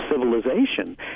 civilization